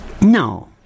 No